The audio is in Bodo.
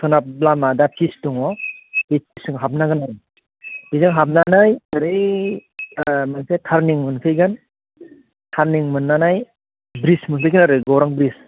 सोनाब लामा दा ब्रिज दङ बेजों हाबनांगोन आरो बेजों हाबनानै ओरै मोनसे टार्निं मोनफैगोन टार्निं मोननानै ब्रिज मोनफैगोन आरो गौरां ब्रिज